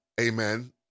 amen